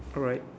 all right